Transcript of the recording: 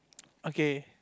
okay